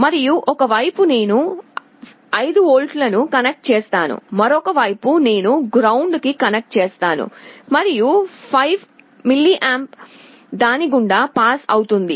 మరియు ఒక వైపు నేను 5 వోల్ట్లను కనెక్ట్ చేస్తాను మరొక వైపు నేను గ్రౌండ్ కనెక్ట్ చేస్తాను మరియు 5mA దాని గుండా పంపిణి అవుతుంది